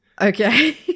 okay